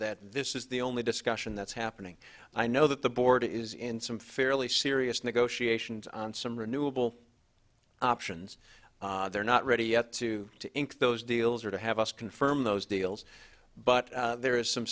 that this is the only discussion that's happening i know that the board is in some fairly serious negotiations on some renewable options they're not ready yet to ink those deals or to have us confirm those deals but there is some